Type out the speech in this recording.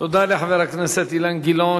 תודה לחבר הכנסת אילן גילאון.